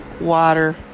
water